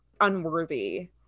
unworthy